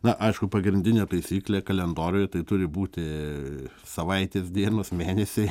na aišku pagrindinė taisyklė kalendoriuje tai turi būti savaitės dienos mėnesiai